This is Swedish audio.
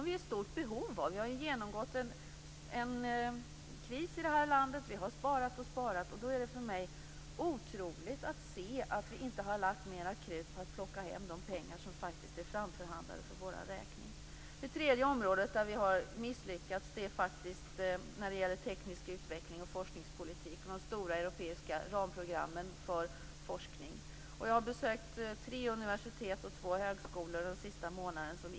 Vi har ju genomgått en kris i det här landet. Vi har sparat och sparat. Därför tycker jag att det är otroligt att vi inte har lagt mera krut på att plocka hem de pengar som faktiskt är framförhandlade för vår räkning. Det tredje området där vi har misslyckats gäller faktiskt teknisk utveckling, forskningspolitik och de stora europeiska ramprogrammen för forskning. Jag har besökt tre universitet och två högskolor den senaste månaden.